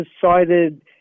decided